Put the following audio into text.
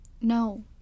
No